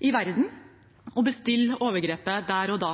i verden og bestille overgrepet der og da.